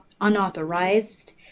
unauthorized